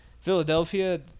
Philadelphia